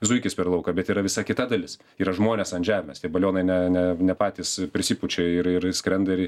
zuikis per lauką bet yra visa kita dalis yra žmonės ant žemės tai balionai ne ne ne patys prisipučia ir ir skrenda ir į